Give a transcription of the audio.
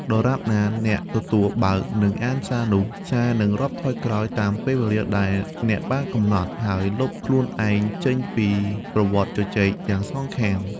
ដរាបណាអ្នកទទួលបើក និងអានសារនោះ សារនឹងរាប់ថយក្រោយតាមពេលវេលាដែលអ្នកបានកំណត់ ហើយលុបខ្លួនឯងចេញពីប្រវត្តិជជែកទាំងសងខាង។